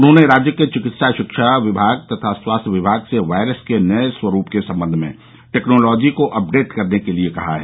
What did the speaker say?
उन्होंने राज्य के चिकित्सा शिक्षा विभाग तथा स्वास्थ्य विभाग से वायरस के नए स्वरूप के सम्बन्ध में टेक्नोलॉजी को अपडेट करने के लिये कहा है